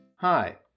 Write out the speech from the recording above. Hi